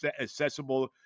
accessible